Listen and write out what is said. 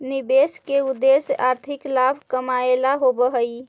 निवेश के उद्देश्य आर्थिक लाभ कमाएला होवऽ हई